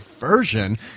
version